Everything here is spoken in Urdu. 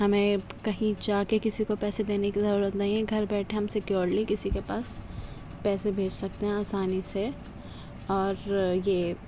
ہمیں کہیں جا کے کسی کو پیسے دینے کی ضرورت نہیں ہے گھر بیٹھے ہم سکیورلی کسی کے پاس پیسے بھیج سکتے ہیں آسانی سے اور یہ